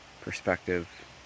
perspective